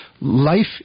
life